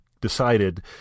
decided